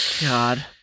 God